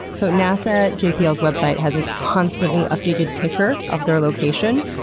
so nasa jpl's website has a constantly updated ticker of their location,